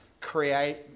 create